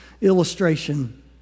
illustration